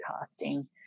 casting